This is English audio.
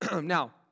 now